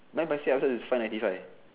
buy myself also is five ninety five